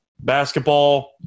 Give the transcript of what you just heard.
basketball